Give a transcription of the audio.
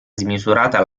smisurata